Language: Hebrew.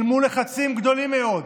אל מול לחצים גדולים מאוד,